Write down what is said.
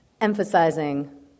emphasizing